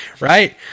right